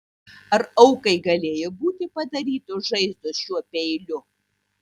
ar aukai galėjo būti padarytos žaizdos šiuo peiliu